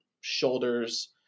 shoulders